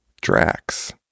Drax